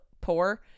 poor